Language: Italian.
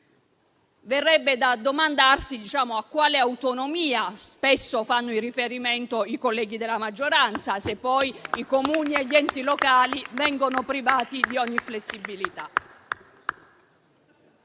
Verrebbe da domandarsi a quale autonomia spesso facciano riferimento i colleghi della maggioranza, se poi i Comuni e gli enti locali vengono privati di ogni flessibilità.